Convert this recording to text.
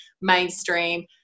mainstream